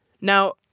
Now